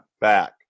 Back